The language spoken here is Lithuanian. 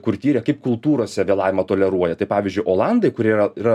kur tyrė kaip kultūrose vėlavimą toleruoja tai pavyzdžiui olandai kurie yra yra